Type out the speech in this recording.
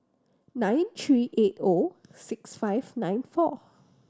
nine three eight O six five nine four